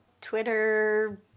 Twitter